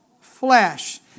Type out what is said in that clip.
flesh